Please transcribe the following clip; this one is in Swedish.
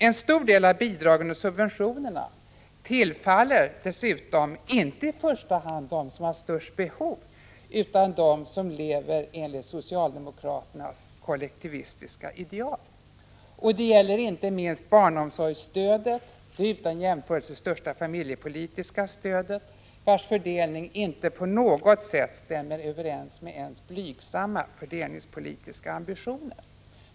En stor del av bidragen och subventionerna tillfaller dessutom inte i första hand dem som har störst behov utan dem som lever enligt socialdemokraternas kollektivistiska ideal. Det gäller inte minst barnomsorgsstödet — det utan jämförelse största familjepolitiska stödet — vars fördelning inte på något sätt stämmer överens med ens blygsamma fördelningspolitiska ambitioner.